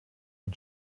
ein